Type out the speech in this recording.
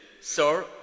Sir